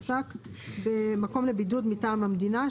עסק במקום לבידוד מטעם המדינה,